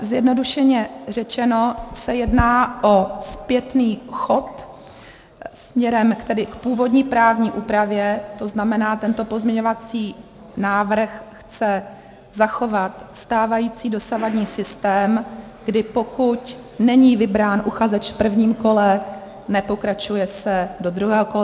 Zjednodušeně řečeno se jedná o zpětný chod směrem k původní právní úpravě, to znamená, tento pozměňovací návrh chce zachovat stávající, dosavadní systém, kdy pokud není vybrán uchazeč v prvním kole, nepokračuje se do druhého kola.